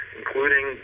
including